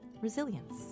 Resilience